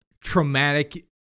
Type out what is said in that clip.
traumatic